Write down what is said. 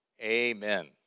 Amen